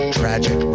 tragic